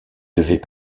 devait